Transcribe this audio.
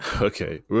Okay